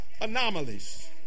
anomalies